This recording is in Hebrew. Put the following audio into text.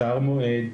קצר מועד,